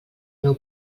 meu